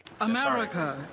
America